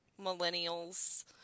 Millennials